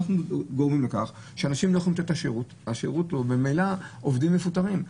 אנחנו גורמים לכך שאנשים לא יוכלו לתת את השירות ועובדים מפוטרים.